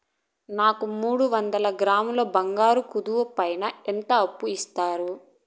నాకు మూడు వందల గ్రాములు బంగారం కుదువు పైన ఎంత అప్పు ఇస్తారు?